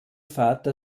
vater